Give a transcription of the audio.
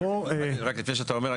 רק לפני שאתה אומר,